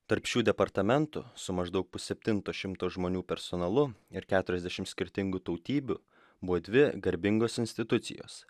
tarp šių departamentų su maždaug pusseptinto šimto žmonių personalu ir keturiasdešimt skirtingų tautybių buvo dvi garbingos institucijos